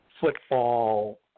football